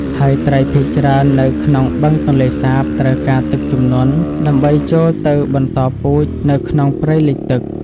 ហើយត្រីភាគច្រើននៅក្នុងបឹងទន្លេសាបត្រូវការទឹកជំនន់ដើម្បីចូលទៅបន្តពូជនៅក្នុងព្រៃលិចទឹក។